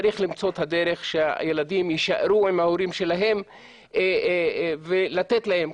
צריך למצוא את הדרך שהילדים יישארו עם ההורים שלהם ולתת להם.